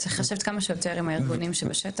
צריך לשבת כמה שיותר עם הארגונים שבשטח.